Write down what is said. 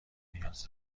نیاز